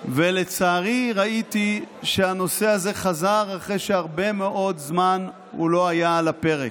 ולצערי ראיתי שהנושא הזה חזר אחרי שהרבה מאוד זמן הוא לא היה על הפרק.